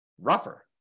rougher